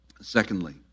Secondly